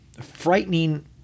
frightening